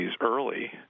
early